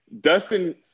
Dustin